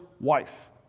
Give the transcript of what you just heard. wife